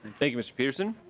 thank you mr. peterson.